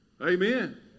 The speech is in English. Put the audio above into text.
Amen